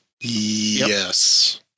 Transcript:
Yes